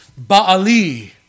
Ba'ali